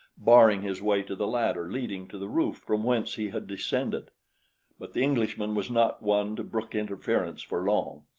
barring his way to the ladder leading to the roof from whence he had descended but the englishman was not one to brook interference for long.